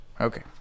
Okay